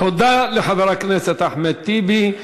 תודה לחבר הכנסת אחמד טיבי.